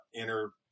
inner